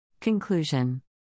Conclusion